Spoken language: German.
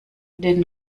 den